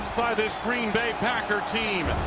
by this green bay packers team!